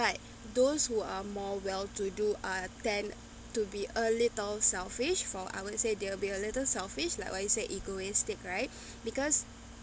but those who are more well to do uh tend to be a little selfish for I wouldn say they will be a little selfish like what you say egoistic right because